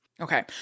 okay